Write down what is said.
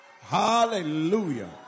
Hallelujah